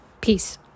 Peace